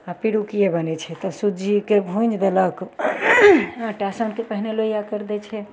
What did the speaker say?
आओर पिड़ुकिये बनय छै तऽ सुजीके भुजि देलक आटा सानिके पहिने लोइया कर दै छियै